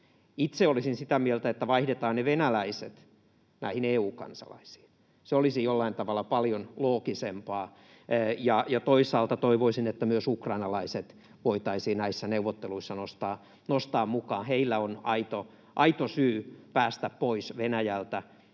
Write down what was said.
Itse olisin sitä mieltä, että vaihdetaan ne venäläiset näihin EU-kansalaisiin, se olisi jollain tavalla paljon loogisempaa, ja toisaalta toivoisin, että myös ukrainalaiset voitaisiin näissä neuvotteluissa nostaa mukaan. Heillä on aito syy päästä pois Venäjältä,